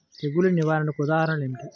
తెగులు నిర్వహణకు ఉదాహరణలు ఏమిటి?